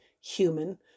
human